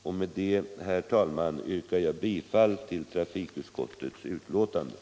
Med det anförda, herr talman, yrkar jag bifall till trafikutskottets hemställan i betänkandet.